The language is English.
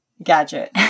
Gadget